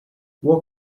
what